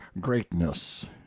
greatness